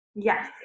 Yes